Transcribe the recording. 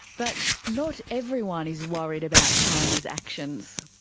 but not everyone is worried about china's actions.